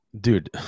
dude